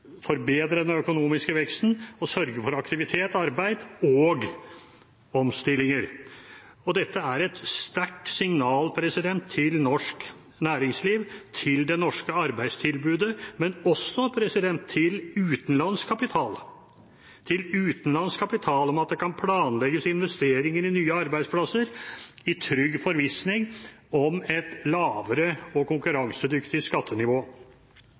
forbedre den økonomiske veksten og sørge for aktivitet, arbeid og omstillinger. Dette er et sterkt signal til norsk næringsliv og til det norske arbeidstilbudet, men også til utenlandsk kapital om at det kan planlegges investeringer i nye arbeidsplasser i trygg forvissning om et lavere og konkurransedyktig skattenivå.